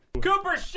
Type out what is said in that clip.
Cooper